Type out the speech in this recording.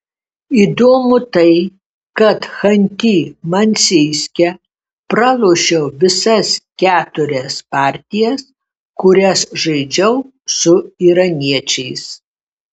įdomu tai kad chanty mansijske pralošiau visas keturias partijas kurias žaidžiau su iraniečiais